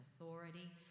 authority